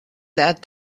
that